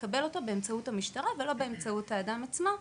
יקבל אותו באמצעות המשטרה ולא באמצעות האדם עצמו,